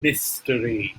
mystery